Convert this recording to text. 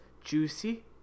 juicy